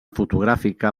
fotogràfica